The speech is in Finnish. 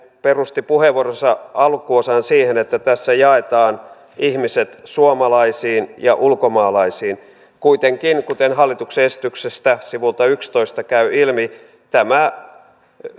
perusti puheenvuoronsa alkuosan siihen että tässä jaetaan ihmiset suomalaisiin ja ulkomaalaisiin kuitenkin kuten hallituksen esityksestä sivulta yksitoista käy ilmi tämä